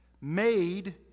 made